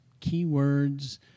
keywords